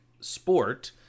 sport